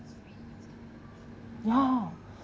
ya